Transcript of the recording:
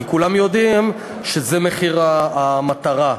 כי כולם יודעים שזה מחיר המטרה.